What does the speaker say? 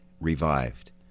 revived